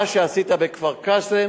מה שעשית בכפר-קאסם,